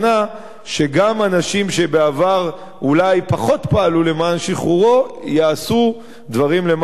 שגם אנשים שבעבר אולי פחות פעלו למען שחרורו יעשו דברים למען שחרורו,